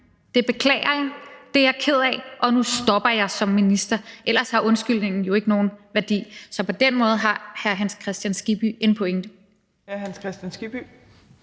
Det beklager jeg, det er jeg ked af, og nu stopper jeg som minister. Ellers har undskyldningen jo ikke nogen værdi. Så på den måde har hr. Hans Kristian Skibby en pointe.